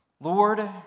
Lord